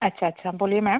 अच्छा अच्छा बोलिए मैम